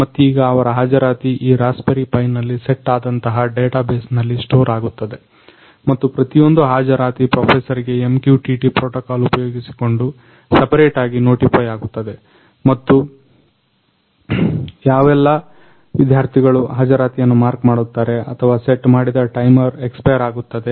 ಮತ್ತೀಗ ಅವರ ಹಾಜರಾತಿ ಈ ರಸ್ಪಿಬೆರಿ ಪೈ ನಲ್ಲಿ ಸೆಟ್ ಆದಂತಹ ಡಾಟಾಬೇಸ್ ನಲ್ಲಿ ಸ್ಟೋರ್ ಆಗುತ್ತದೆ ಮತ್ತು ಪ್ರತಿಯೊಂದು ಹಾಜರಾತಿ ಪ್ರೊಫೆಸರ್ ಗೆ MQTT ಪ್ರೋಟೋಕಾಲ್ ಉಪಯೋಗಿಸಿಕೊಂಡು ಸಪರೇಟ್ ಆಗಿ ನೋಟಿಫೈ ಆಗುತ್ತದೆ ಮತ್ತು ಯಾ ಎಲ್ಲ ವಿದ್ಯಾರ್ಥಿಗಳು ಹಾಜರಾತಿಯನ್ನು ಮಾರ್ಕ್ ಮಾಡುತ್ತಾರೆ ಅಥವಾ ಸೆಟ್ ಮಾಡಿದ ಟೈಮರ್ ಎಕ್ಸ್ಪೈರ್ ಆಗುತ್ತದೆ